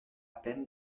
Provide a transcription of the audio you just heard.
peine